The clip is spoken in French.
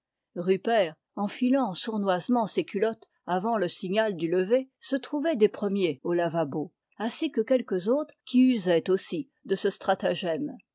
rupert enfilant sournoisement ses culottes avant le signal du lever se trouvait des premiers au lavabo ainsi que quelques autres qui usaient aussi de ce stratagème